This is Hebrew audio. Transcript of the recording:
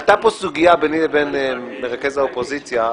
עלתה פה סוגיה ביני לבין מרכז האופוזיציה,